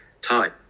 time